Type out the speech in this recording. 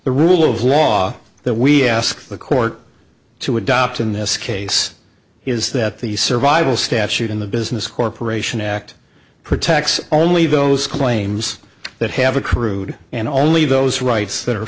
the rule of law that we ask the court to adopt in this case is that the survival statute in the business corporation act protects only those claims that have accrued and only those rights that are